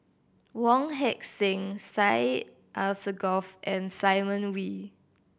Wong Heck Sing Syed Alsagoff and Simon Wee